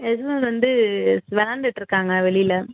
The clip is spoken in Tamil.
யஷ்வந்த் வந்து விளாண்டுட்டிருக்காங்க வெளியில்